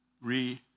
Re